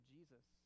Jesus